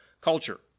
culture